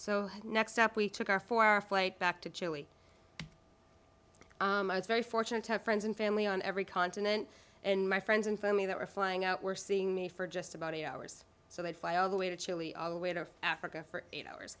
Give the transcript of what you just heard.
so next up we took our four hour flight back to chile i was very fortunate to have friends and family on every continent and my friends and family that were flying out were seeing me for just about eight hours so they'd fly all the way to chile all the way to africa for eight hours